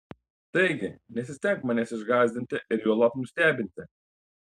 taigi nesistenk manęs išgąsdinti ir juolab nustebinti